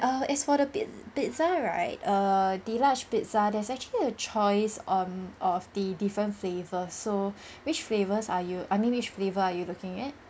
err as for the pi~ pizza right err the large pizza there's actually a choice on of the different flavour so which flavors are you I mean which flavor you looking at